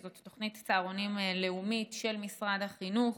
שהיא תוכנית צהרונים לאומית של משרד החינוך.